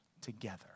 together